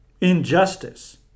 injustice